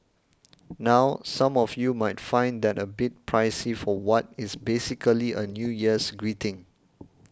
now some of you might find that a bit pricey for what is basically a New Year's greeting